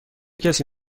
کسی